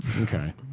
Okay